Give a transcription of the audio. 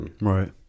Right